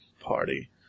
party